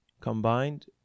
combined